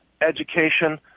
education